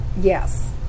Yes